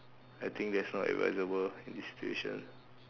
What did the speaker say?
I think that's not advisable in this situation